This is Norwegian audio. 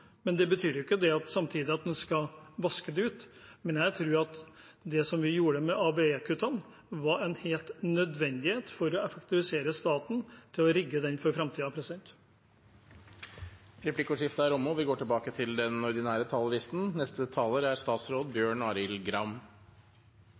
men det betyr ikke at man samtidig skal vaske dem ut. Jeg tror at det vi gjorde med ABE-kuttene, var helt nødvendig for å effektivisere staten og rigge den for framtiden. Replikkordskiftet er omme. Regjeringen vil at vanlige folk i hele landet skal ha tilgang på gode tjenester i rimelig nærhet til der de bor. God offentlig tjenesteyting er